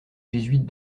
jésuites